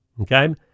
okay